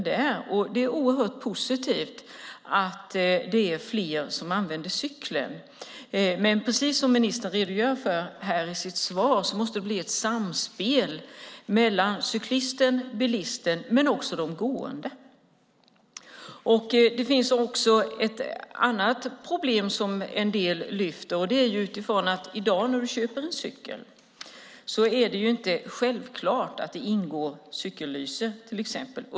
Det är positivt att det är fler som använder cykel. Precis som ministern redogör för i sitt svar måste det bli ett samspel mellan cyklister, bilister och de gående. Det finns ett annat problem som en del lyfter fram. I dag när du köper en cykel är det inte självklart att det ingår cykellyse till exempel.